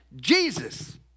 Jesus